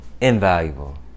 invaluable